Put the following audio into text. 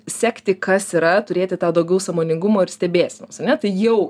sekti kas yra turėti tą daugiau sąmoningumo ir stebėsenos ane tai jau